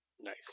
Nice